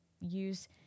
use